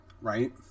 Right